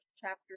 chapter